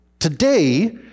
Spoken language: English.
Today